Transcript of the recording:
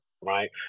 right